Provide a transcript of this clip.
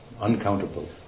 uncountable